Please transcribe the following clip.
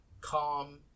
Calm